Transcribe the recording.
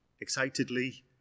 Excitedly